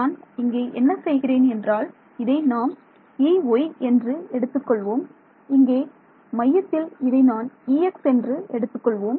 நான் இங்கே என்ன செய்கிறேன் என்றால் இதை நாம் Ey என்று எடுத்துக்கொள்வோம் இங்கே மையத்தில் இதை நான் Ex என்று எடுத்துக் கொள்வோம்